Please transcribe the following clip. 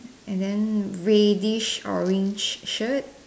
and then reddish orange shirt